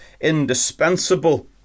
indispensable